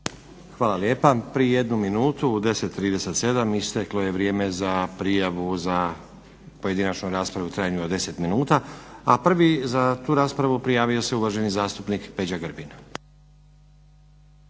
Hvala lijepa. Prije jednu minutu u 10,37 isteklo je vrijeme za prijavu za pojedinačnu raspravu u trajanju od 10 minuta. A prvi za tu raspravu prijavio se uvaženi zastupnik Peđa Grbin.